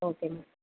okay ma'am